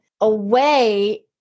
away